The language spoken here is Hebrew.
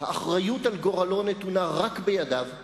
האחריות על גורלו נתונה רק בידיו.